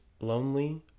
lonely